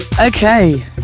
Okay